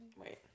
wait